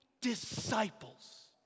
disciples